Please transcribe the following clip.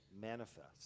manifest